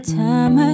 time